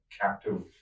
captive